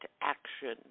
action